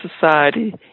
society